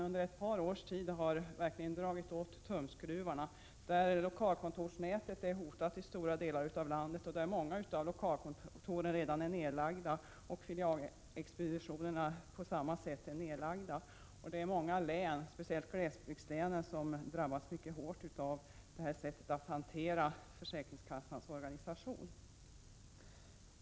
Under ett par års tid har man verkligen dragit åt tumskruvarna. Lokalkontorsnätet är hotat i stora delar av landet. Många av lokalkontoren är redan nerlagda, och filialexpeditionerna är nerlagda. Många län, speciellt glesbygdslän, drabbas mycket hårt av detta sätt att hantera försäkringskassornas organisation.